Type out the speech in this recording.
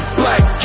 black